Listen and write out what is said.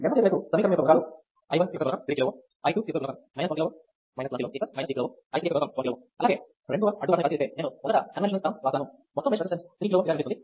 ఎడమచేతి వైపు సమీకరణం యొక్క గుణకాలు i 1 యొక్క గుణకం 3 kilo Ω i 2 యొక్క గుణకం 1 kilo Ω 1 kilo Ω 2 kilo Ω i 3 యొక్క గుణకం 1 kilo Ω అలాగే రెండవ అడ్డు వరుసని పరిశీలిస్తే నేను మొదట కన్వెన్షనల్ టర్మ్స్ వ్రాస్తాను మొత్తం మెష్ రెసిస్టెన్స్ 3 kilo Ω ఇక్కడ కనిపిస్తుంది